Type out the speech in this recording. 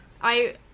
I-